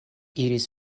iris